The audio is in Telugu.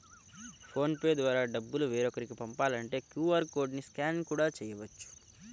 ఫోన్ పే ద్వారా డబ్బులు వేరొకరికి పంపాలంటే క్యూ.ఆర్ కోడ్ ని స్కాన్ కూడా చేయవచ్చు